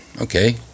okay